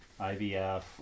IVF